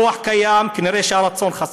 הכוח קיים, כנראה הרצון חסר.